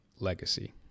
legacy